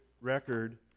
record